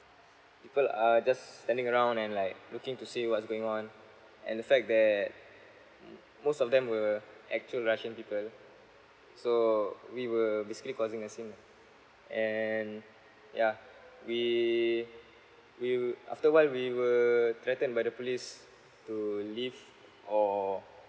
people are just standing around and like looking to see what's going on and the fact that mm most of them were actual russian people so we were basically causing a scene lah and yeah we we're after a while we were threatened by the police to leave or